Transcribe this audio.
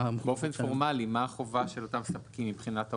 באופן פורמלי מה החובה של אותם ספקים מבחינת ההודעה?